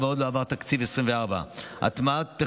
מאחר שעוד לא עבר תקציב 2024,